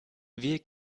wir